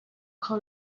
kho